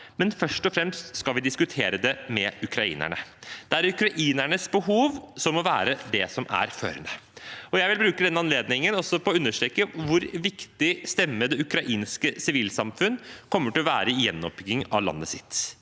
men først og fremst skal vi diskutere det med ukrainerne. Det er ukrainernes behov som må være det som er førende. Jeg vil også bruke denne anledningen til å understreke hvor viktig stemmen til det ukrainske sivilsamfunnet kommer til å være i gjenoppbyggingen av landet deres.